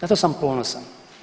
Na to sam ponosan.